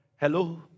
Hello